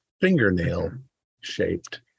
fingernail-shaped